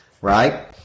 right